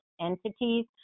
entities